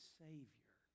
savior